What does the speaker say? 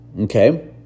okay